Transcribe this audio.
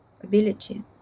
ability